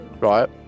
right